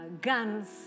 guns